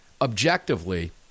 objectively